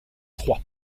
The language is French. trois